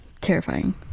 Terrifying